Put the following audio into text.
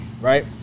right